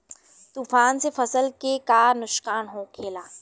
तूफान से फसल के का नुकसान हो खेला?